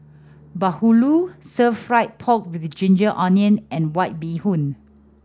bahulu stir fried pork with ginger onion and White Bee Hoon